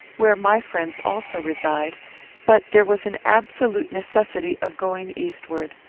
where my friends also reside but there was an absolute necessity of going eastward.